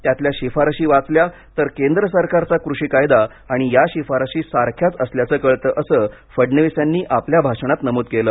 त्यातल्या शिफारशी वाचल्या तर केंद्र सरकारचा कृषी कायदा आणि या शिफारशी सारख्याच असल्याचं कळतं असं फडणवीस यांनी आपल्या भाषणात नमूद केलं